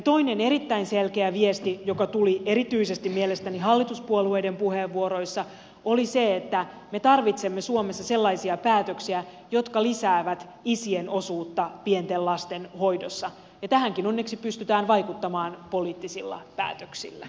toinen erittäin selkeä viesti joka tuli mielestäni erityisesti hallituspuolueiden puheenvuoroissa oli se että me tarvitsemme suomessa sellaisia päätöksiä jotka lisäävät isien osuutta pienten lasten hoidossa ja tähänkin onneksi pystytään vaikuttamaan poliittisilla päätöksillä